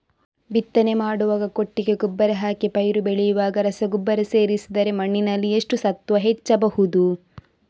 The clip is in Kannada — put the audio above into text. ಬಿತ್ತನೆ ಮಾಡುವಾಗ ಕೊಟ್ಟಿಗೆ ಗೊಬ್ಬರ ಹಾಕಿ ಪೈರು ಬೆಳೆಯುವಾಗ ರಸಗೊಬ್ಬರ ಸೇರಿಸಿದರೆ ಮಣ್ಣಿನಲ್ಲಿ ಎಷ್ಟು ಸತ್ವ ಹೆಚ್ಚಬಹುದು?